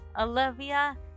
Olivia